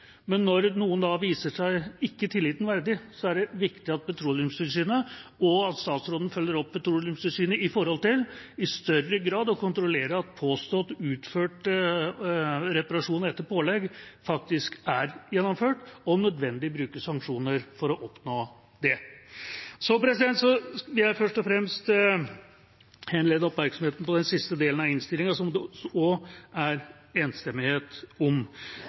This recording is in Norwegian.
men når noen da viser seg ikke tilliten verdig, er det viktig at Petroleumstilsynet i større grad kontrollerer – og at statsråden følger det opp – at påstått utført reparasjon etter pålegg faktisk er gjennomført, og om nødvendig bruker sanksjoner for å oppnå det. Så vil jeg henlede oppmerksomheten på den siste delen av innstillingen, som det også er enstemmighet om,